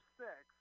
six